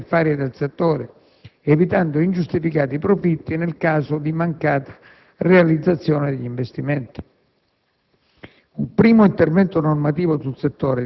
che a riequilibrare a vantaggio degli utenti le regole tariffarie del settore, evitando ingiustificati profitti nel caso di mancata realizzazione degli investimenti.